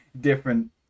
different